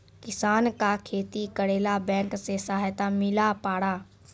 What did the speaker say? किसान का खेती करेला बैंक से सहायता मिला पारा?